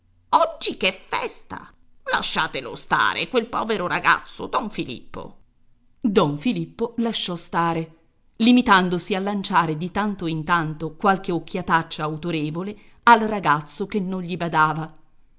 calmarlo oggi ch'è festa lasciatelo stare quel povero ragazzo don filippo don filippo lasciò stare limitandosi a lanciare di tanto in tanto qualche occhiataccia autorevole al ragazzo che non gli badava